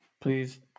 Please